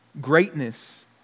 greatness